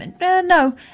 No